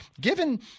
given